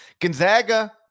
Gonzaga